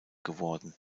geworden